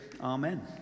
Amen